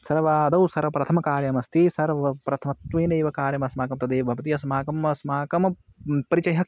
सर्वादौ सर्वप्रथमकार्यमस्ति सर्वप्रथमत्वेनैव कार्यमस्माकं तदेव भवति अस्माकम् अस्माकं परिचयः